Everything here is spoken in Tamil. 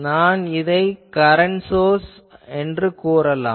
நான் இதை கரண்ட் சோர்ஸ் என்று கூறலாம்